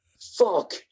Fuck